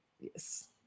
yes